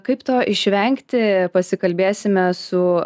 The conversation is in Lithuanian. kaip to išvengti pasikalbėsime su